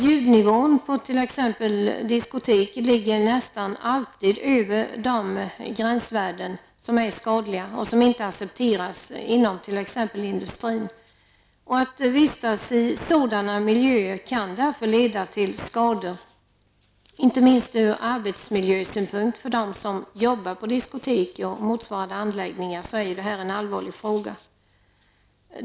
Ljudnivån på t.ex. diskotek ligger nästan alltid över de gränsvärden som är skadliga och som inte accepteras inom t.ex. industrin. Att vistas i sådana miljöer kan därför leda till skador. Inte minst ur arbetsmiljösynpunkt för dem som jobbar på diskotek och motsvarande anläggningar är detta en allvarlig fråga.